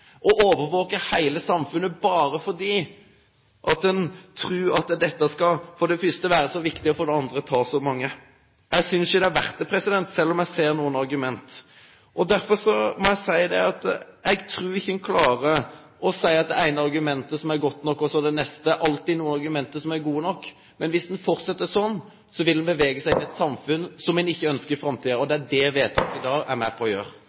overvåke hele samfunnet bare fordi en tror at dette for det første skal være så viktig, og for det andre at en skal ta så mange. Jeg synes ikke det er verdt det, selv om jeg ser noen argument. Derfor må jeg si at jeg tror ikke en klarer å si at det ene argumentet er godt nok – og det neste. Det er alltid noen argumenter som er gode nok, men hvis en fortsetter slik, vil en bevege seg inn i et samfunn som en ikke ønsker i framtiden. Det er det vedtaket vi i dag er med på å gjøre.